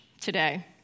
today